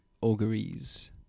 auguries